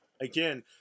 again